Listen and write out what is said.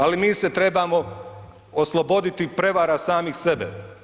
Ali mi se trebamo osloboditi prijevara sami sebe.